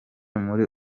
muri